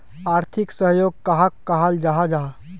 आर्थिक सहयोग कहाक कहाल जाहा जाहा?